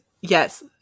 Yes